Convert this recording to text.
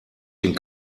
den